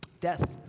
Death